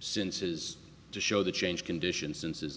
since is to show the change condition since his